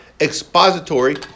expository